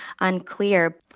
unclear